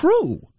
true